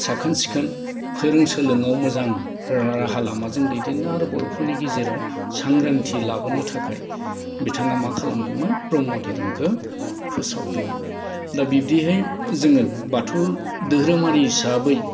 साखोन सिखोन फोरों सोलोंआव मोजां राहा लामाजों दैदेननो आरो बर'फोरनि गेजेराव सांग्रांथि लाबोनो थाखाय बिथाङा मा खालामदोंमोन ब्रह्म धोरोमखो फोसावदोंमोन दा बिबदिहै जोङो बाथौ धोरोमारि हिसाबै